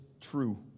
true